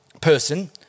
person